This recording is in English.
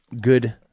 good